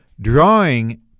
drawing